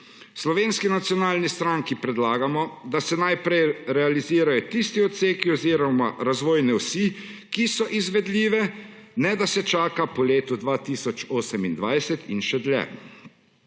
Slovenski nacionalni stranki predlagamo, da se najprej realizirajo tisti odseki oziroma razvojne osi, ki so izvedljive, ne da se čaka po letu 2028 in še dlje.